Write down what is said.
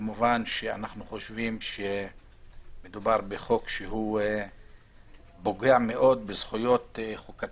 כמובן שאנחנו חושבים שמדובר בחוק שפוגע מאוד בזכויות חוקתיות.